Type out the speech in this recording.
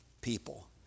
people